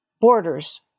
borders